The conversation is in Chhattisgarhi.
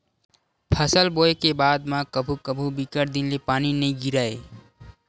फसल बोये के बाद म कभू कभू बिकट दिन ले पानी नइ गिरय